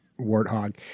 warthog